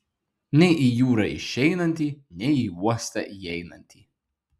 nei į jūrą išeinantį nei į uostą įeinantį